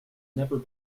never